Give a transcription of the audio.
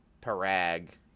parag